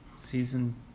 season